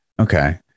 Okay